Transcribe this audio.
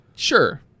Sure